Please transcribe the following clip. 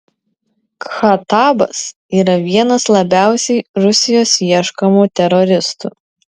khatabas yra vienas labiausiai rusijos ieškomų teroristų